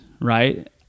right